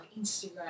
Instagram